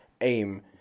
aim